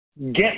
get